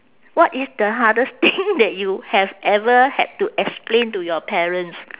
what is the hardest thing that you have ever had to explain to your parents